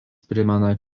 primena